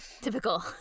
Typical